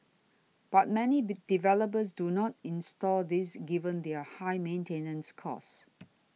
but many be developers do not install these given their high maintenance costs